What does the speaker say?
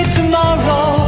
tomorrow